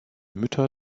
mütter